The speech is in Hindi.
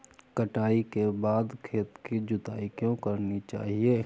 कटाई के बाद खेत की जुताई क्यो करनी चाहिए?